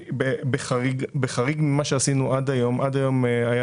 בחריג ממה שעשינו עד היום עד היום היו